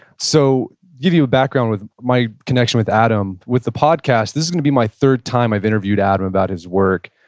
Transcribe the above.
so give you a background with my connection with adam. with the podcast, this is gonna be my third time i've interviewed adam about his work.